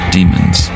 Demons